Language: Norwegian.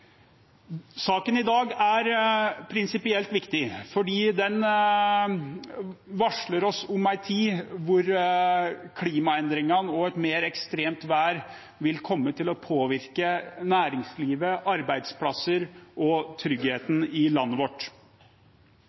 Saken i dag er prinsipielt viktig fordi den varsler oss om en tid hvor klimaendringene og et mer ekstremt vær vil komme til å påvirke næringslivet, arbeidsplasser og tryggheten i landet vårt.